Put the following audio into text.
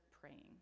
praying